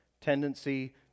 tendency